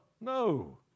No